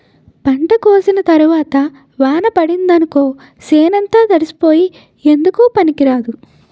పంట కోసిన తరవాత వాన పడిందనుకో సేనంతా తడిసిపోయి ఎందుకూ పనికిరాదు